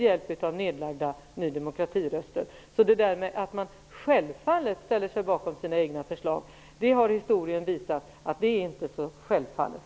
Historien har visat att detta med att man självfallet ställer sig bakom sina egna förslag inte är så självklart.